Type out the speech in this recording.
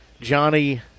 Johnny